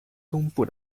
东部